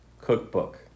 Cookbook